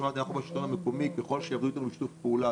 כשאנחנו מסתכלים על זניחת התעשייה המזהמת,